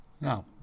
Now